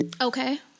Okay